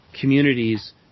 communities